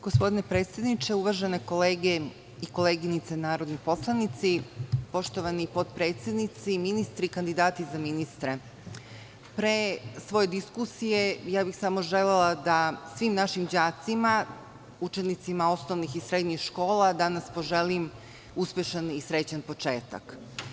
Gospodine predsedniče, uvažene kolege i koleginice narodni poslanici, poštovani potpredsednici, ministri i kandidati za ministre, pre svoje diskusije bih samo želela da svim našim đacima, učenicima osnovnih i srednjih škola, danas poželim uspešan i srećan početak.